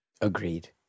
Agreed